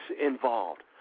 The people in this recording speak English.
involved